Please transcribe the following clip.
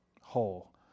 whole